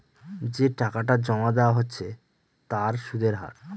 যে টাকাটা জমা দেওয়া হচ্ছে তার সুদের হার